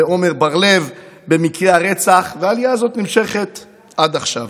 ועמר בר לב, והעלייה הזאת נמשכת עד עכשיו.